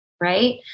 Right